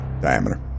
diameter